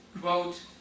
Quote